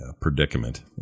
Predicament